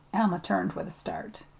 alma turned with a start.